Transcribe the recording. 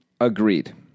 Agreed